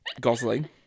Gosling